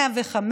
105,